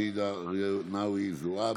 ג'ידא רינאוי זועבי,